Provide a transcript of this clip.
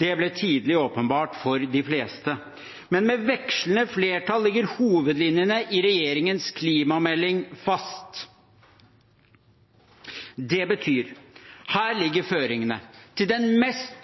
Det ble tidlig åpenbart for de fleste. Men med vekslende flertall ligger hovedlinjene i regjeringens klimamelding fast. Det betyr: Her ligger føringene til den mest